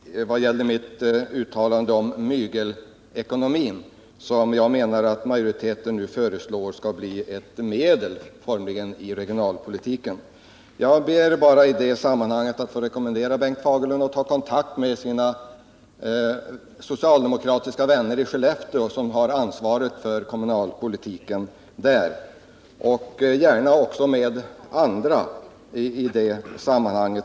Herr talman! Bengt Fagerlund åberopade mitt uttalande beträffande mygelekonomin som jag menar att majoriteten nu föreslår formligen skall bli ett medel i regionalpolitiken. I det sammanhanget vill jag bara rekommendera Bengt Fagerlund att ta kontakt med sina socialdemokratiska vänner i Skellefteå som har ansvaret för kommunalpolitiken där och gärna också med andra berörda.